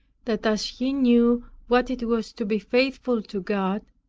that as he knew what it was to be faithful to god,